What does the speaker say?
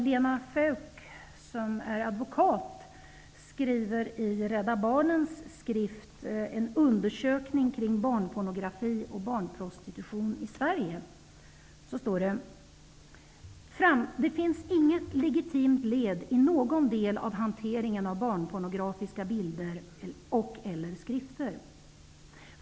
Lena Feuk, som är advokat, skriver i Rädda barnens skrift En undersökning kring barnpornografi och barnprostitution i Sverige: ''Det finns inget legitimt led i någon del av hanteringen av barnpornografiska bilder och/eller skrifter.